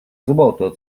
złoto